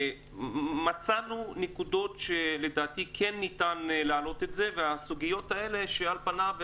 מצאנו נקודות שלדעתי כן ניתן להעלות והסוגיות האלה שעל פניהן